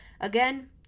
Again